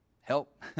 help